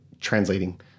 translating